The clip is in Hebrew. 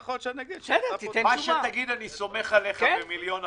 ויכול להיות שנגיד --- מה שתגיד אני סומך עליך במיליון אחוז.